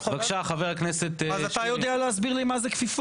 אז אתה תדע להסביר לי מה זו כפיפות?